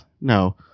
No